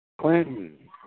Clinton